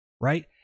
right